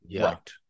right